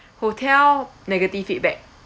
hotel negative feedback